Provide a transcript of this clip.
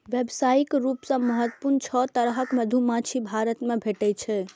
व्यावसायिक रूप सं महत्वपूर्ण छह तरहक मधुमाछी भारत मे भेटै छै